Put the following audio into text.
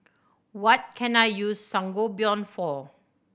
what can I use Sangobion for